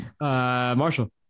Marshall